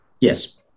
Yes